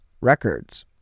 records